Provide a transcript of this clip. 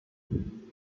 jump